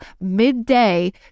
midday